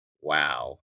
Wow